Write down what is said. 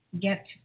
get